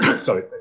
sorry